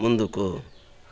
ముందుకు